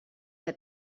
que